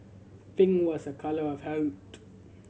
pink was a colour of health